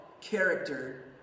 character